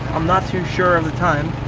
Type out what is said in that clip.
i'm not too sure of the time,